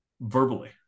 verbally